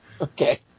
Okay